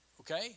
okay